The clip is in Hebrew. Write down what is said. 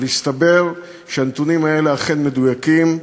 מסתבר שהנתונים האלה אכן מדויקים,